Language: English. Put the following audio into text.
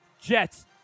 Jets